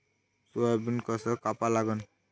Soybean कस कापा लागन?